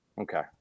Okay